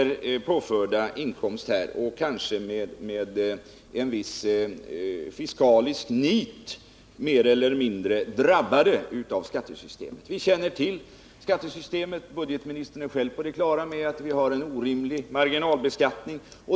Ibland påförs de inkomst och blir, kanske med ett visst fiskaliskt nit, mer eller mindre drabbade av skattesystemet. - Vi känner till skattesystemet. Budgetoch ekonomiministern är själv på det klara med att vi har en orimlig marginalbeskattning.